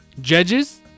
Judges